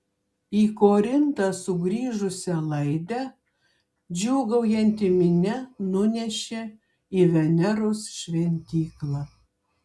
į korintą sugrįžusią laidę džiūgaujanti minia nunešė į veneros šventyklą